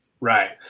Right